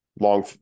long